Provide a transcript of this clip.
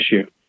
issue